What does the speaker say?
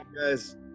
guys